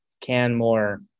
Canmore